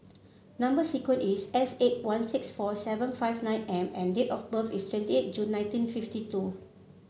number sequence is S eight one six four seven five nine M and date of birth is twenty eight June nineteen fifty two